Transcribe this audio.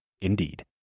indeed